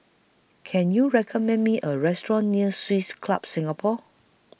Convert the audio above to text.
Can YOU recommend Me A Restaurant near Swiss Club Singapore